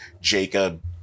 jacob